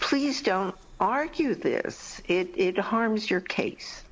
please don't argue this it harms your case